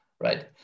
right